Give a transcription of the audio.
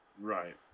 Right